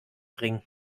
bringen